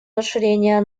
расширения